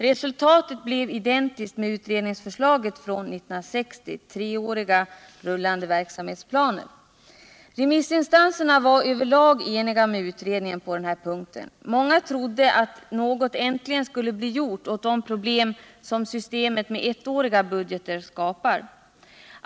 Resultatet blev identiskt med utredningsförslaget för 1960 års radioutredning: treåriga rullande verksamhetsplaner. Remissinstanserna var över lag eniga med utredningen på den här punkten. Många trodde att något äntligen skulle bli gjort åt de problem som systemet med ettåriga budgetar skapat.